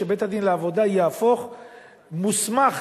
שבית-הדין לעבודה יהפוך מוסמך,